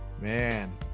man